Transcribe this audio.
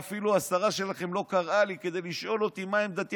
השרה שלכם אפילו לא קראה לי כדי לשאול אותי מה עמדתי,